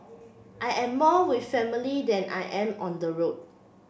I am more with family than I am on the road